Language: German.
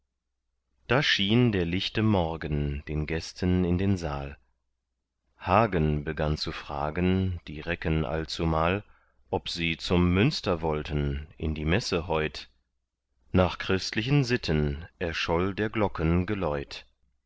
da schien der lichte morgen den gästen in den saal hagen begann zu fragen die recken allzumal ob sie zum münster wollten in die messe heut nach christlichen sitten erscholl der